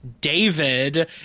David